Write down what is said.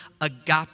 agape